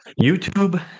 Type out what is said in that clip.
youtube